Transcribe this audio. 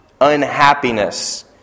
unhappiness